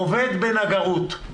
עובד בנגרות,